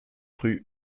rue